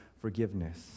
forgiveness